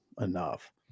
enough